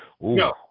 No